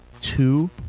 two